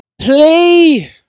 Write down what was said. Play